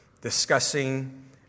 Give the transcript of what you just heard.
discussing